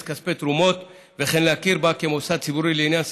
חוק הרשות הלאומית לתרבות הלאדינו,